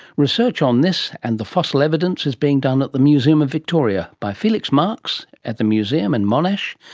research on this and the fossil evidence is being done at the museum of victoria by felix marx at the museum and monash,